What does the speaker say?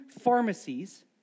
pharmacies